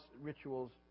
rituals